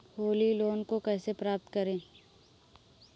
Holi loan को कैसे प्राप्त करें?